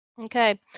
Okay